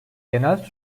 genel